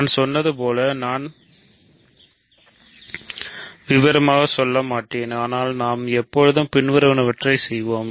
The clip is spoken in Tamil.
நான் சொன்னது போல் நான் விபரமாக செல்லமாட்டேன் ஆனால் நாம் எப்போதும் பின்வருவனவற்றைச் செய்யலாம்